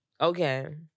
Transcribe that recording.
Okay